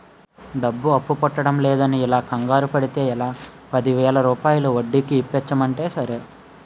డబ్బు అప్పు పుట్టడంలేదని ఇలా కంగారు పడితే ఎలా, పదిరూపాయల వడ్డీకి ఇప్పించమంటే సరే